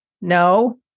No